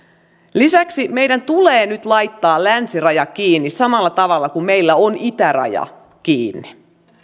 lisäksi meidän tulee nyt laittaa länsiraja kiinni samalla tavalla kuin meillä on itäraja kiinni